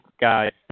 guys